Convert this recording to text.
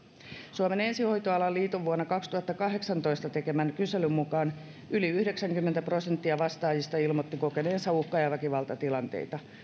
suomen ensihoitoalan liiton vuonna kaksituhattakahdeksantoista tekemän kyselyn mukaan yli yhdeksänkymmentä prosenttia vastaajista ilmoitti kokeneensa uhka ja väkivaltatilanteita